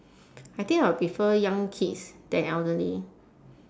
I think I would prefer young kids than elderly